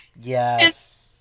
Yes